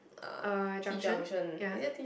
uh junctions ya